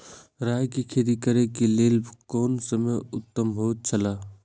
राय के खेती करे के लेल कोन समय उत्तम हुए छला?